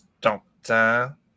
Doctor